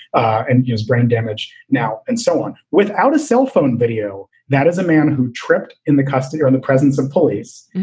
and he has brain damage now and so on without a cell phone video. that is a man who tripped in the custody or in the presence of police.